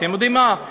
ואתם יודעים מה,